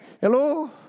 Hello